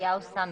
חזקיהו סאמין,